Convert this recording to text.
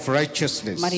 righteousness